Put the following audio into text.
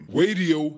radio